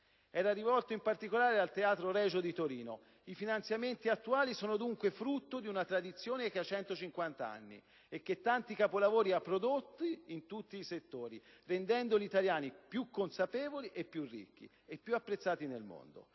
era rivolto in particolare al Teatro Regio di Torino. I finanziamenti attuali sono dunque frutto di una tradizione che ha 150 anni e che tanti capolavori ha prodotto in tutti i settori, rendendo gli italiani più consapevoli, ricchi e apprezzati nel mondo.